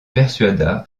persuada